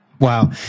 Wow